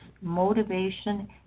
motivation